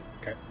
okay